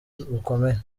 bukomeye